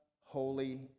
Holy